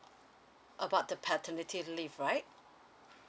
about the paternity leave right